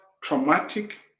traumatic